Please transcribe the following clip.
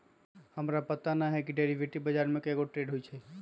हमरा पता न हए कि डेरिवेटिव बजार में कै गो ट्रेड होई छई